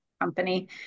company